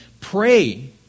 Pray